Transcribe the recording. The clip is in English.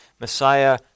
Messiah